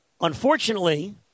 Unfortunately